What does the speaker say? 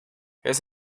his